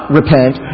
repent